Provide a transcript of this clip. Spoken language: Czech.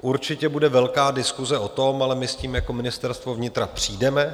Určitě bude velká diskuse o tom, ale my s tím jako Ministerstvo vnitra přijdeme.